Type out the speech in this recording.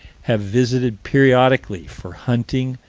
have visited periodically for hunting,